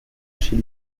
chez